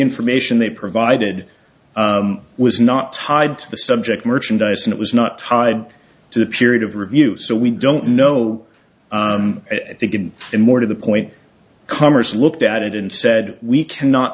information they provided was not tied to the subject merchandising it was not tied to the period of review so we don't know i think in in more to the point congress looked at it and said we cannot